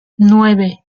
nueve